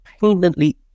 painfully